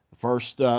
first